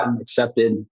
accepted